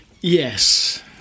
Yes